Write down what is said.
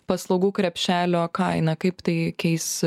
paslaugų krepšelio kainą kaip tai keis